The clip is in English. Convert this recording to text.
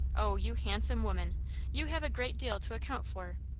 o, you handsome women you have a great deal to account for.